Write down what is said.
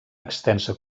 extensa